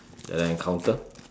that I encounter